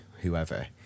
whoever